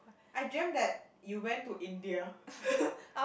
I dreamt that you went to India